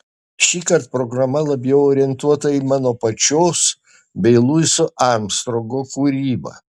šįkart programa labiau orientuota į mano pačios bei luiso armstrongo kūrybą